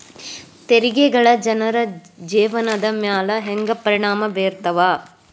ತೆರಿಗೆಗಳ ಜನರ ಜೇವನದ ಮ್ಯಾಲೆ ಹೆಂಗ ಪರಿಣಾಮ ಬೇರ್ತವ